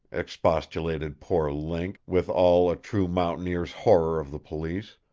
expostulated poor link, with all a true mountaineer's horror of the police.